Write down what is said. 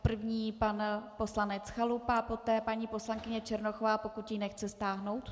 První pan poslanec Chalupa, poté paní poslankyně Černochová, pokud ji nechce stáhnout.